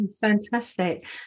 Fantastic